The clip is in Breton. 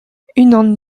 unan